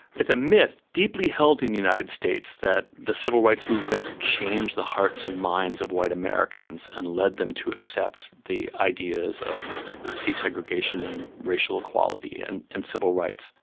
it's a myth deeply held in the united states that the civil rights movement changed the hearts and minds of white americans and led them to accept the ideas of desegregation and racial equality and and civil rights.